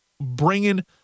bringing